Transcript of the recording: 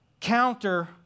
counter